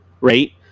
right